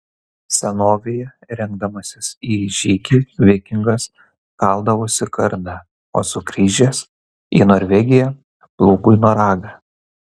senovėje rengdamasis į žygį vikingas kaldavosi kardą o sugrįžęs į norvegiją plūgui noragą